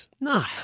No